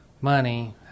money